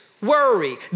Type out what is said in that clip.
worry